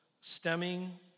stemming